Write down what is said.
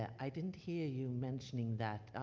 i didn't hear you mentioning that,